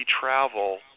travel